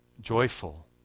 joyful